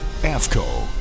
AFCO